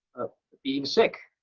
being sick.